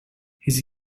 his